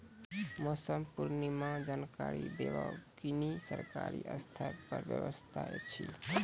मौसम पूर्वानुमान जानकरी देवाक कुनू सरकारी स्तर पर व्यवस्था ऐछि?